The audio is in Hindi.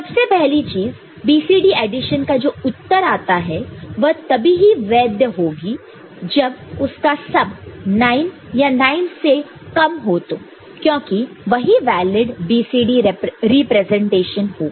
सबसे पहली चीज BCD एडिशन का जो उत्तर आता है वह तभी ही वैध वैलिड valid होगी जब उसका सम 9 या 9 से कम हो तो क्योंकि वही वैलिड BCD रिप्रेजेंटेशन होगा